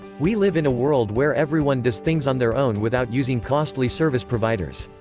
we live in a world where everyone does things on their own without using costly service providers.